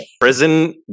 Prison